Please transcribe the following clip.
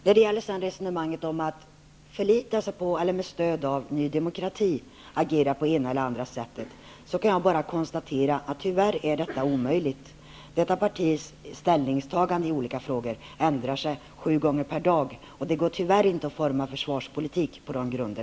När det sedan gäller resonemanget om att med stöd av Ny demokrati kunna agera på det ena eller andra sättet, konstaterar jag bara att detta tyvärr är omöjligt. Detta partis ställningstagande i olika frågor ändrar sig sju gånger per dag, och det går dess värre inte att utforma en försvarspolitik på dessa grunder.